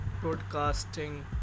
broadcasting